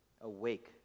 Awake